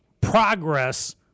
progress